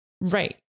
Right